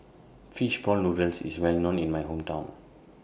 Fish Ball Noodles IS Well known in My Hometown